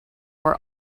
were